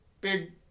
big